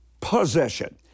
possession